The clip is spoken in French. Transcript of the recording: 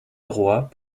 auroi